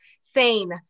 sane